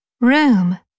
room